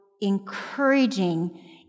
encouraging